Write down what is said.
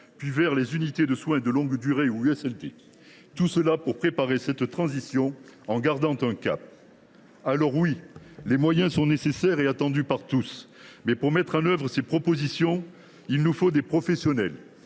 enfin, vers les unités de soins de longue durée (USLD). Il s’agirait ainsi de préparer cette transition en gardant un cap. Certes, les moyens sont nécessaires et attendus par tous ; mais pour mettre en œuvre ces propositions, il nous faut des professionnels